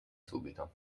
subito